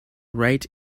write